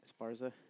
Esparza